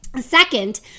Second